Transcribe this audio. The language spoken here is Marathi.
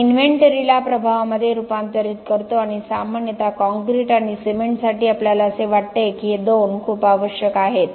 आपण इन्व्हेंटरीला प्रभावामध्ये रूपांतरित करतो आणि सामान्यतः कॉंक्रिट आणि सिमेंटसाठी आपल्याला असे वाटते की हे दोन खूप आवश्यक आहेत